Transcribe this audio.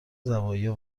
زوایا